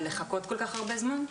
לחכות כל כך הרבה זמן.